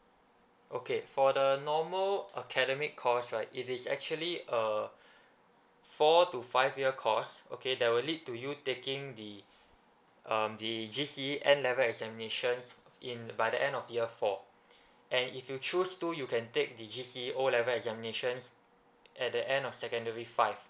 okay for the normal academic course right it is actually a four to five year course okay that will lead to you taking the um the G_C_E N level examinations in by the end of year four and if you choose to you can take the G_C_E O level examinations at the end of secondary five